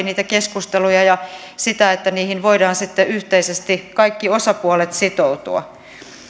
niitä keskusteluja ja sitä että niihin voimme sitten yhteisesti kaikki osapuolet sitoutua